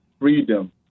freedom